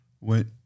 went